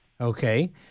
okay